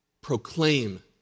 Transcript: proclaim